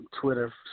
Twitter